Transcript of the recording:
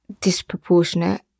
disproportionate